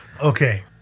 Okay